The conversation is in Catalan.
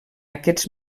aquests